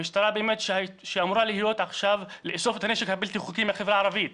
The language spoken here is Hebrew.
המשטרה שאמורה לאסוף את הנשק הבלתי חוק בחברה הערבית,